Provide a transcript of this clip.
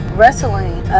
wrestling